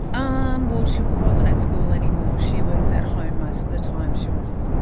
um well, she wasn't at school anymore, she was at home most of the time. she was